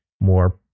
more